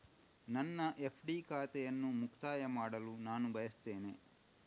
ನನ್ನ ಎಫ್.ಡಿ ಖಾತೆಯನ್ನು ಮುಕ್ತಾಯ ಮಾಡಲು ನಾನು ಬಯಸ್ತೆನೆ